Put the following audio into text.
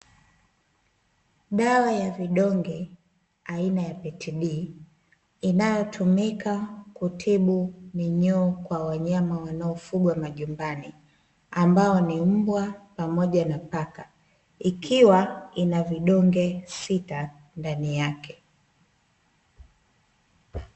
Dawa ya vidonge aina ya PETD inayotumika kutibu minyoo kwa wanyama wanaofugwa majumbani ambao ni mbwa pamoja na paka ikiwa ina vidonge sita ndani yake.